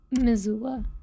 Missoula